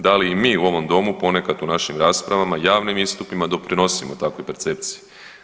Da li i mi u ovm domu ponekad u našim raspravama, javnim istupima doprinosimo takvoj percepciji?